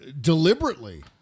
deliberately